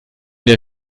der